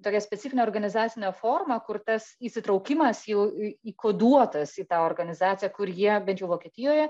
tokia specifinė organizacinė forma kur tas įsitraukimas jau į įkoduotas į tą organizaciją kur jie bent jau vokietijoje